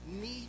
need